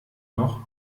noch